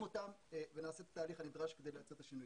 אותם ונעשה התהליך הנדרש כדי לייצר את השינוי.